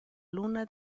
luna